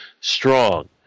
strong